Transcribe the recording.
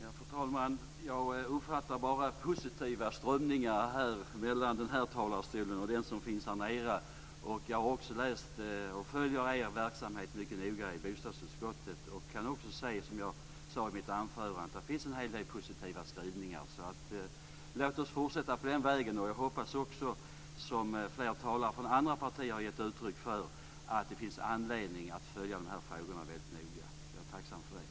Fru talman! Jag uppfattar bara positiva strömningar mellan den här talarstolen och den som finns här nere. Jag följer er verksamhet i bostadsutskottet mycket noga. Jag kan säga, som jag sade i mitt anförande, att det finns en hel del positiva skrivningar. Låt oss fortsätta på den vägen. Flera talare från andra partier har också gett uttryck för att det finns anledning att följa de här frågorna väldigt noga. Jag är tacksam för det.